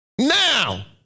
Now